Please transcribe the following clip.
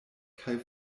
kaj